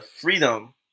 Freedom